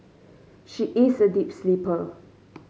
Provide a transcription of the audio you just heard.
she is a deep sleeper